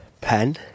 pen